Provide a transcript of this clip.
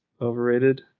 overrated